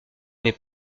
mais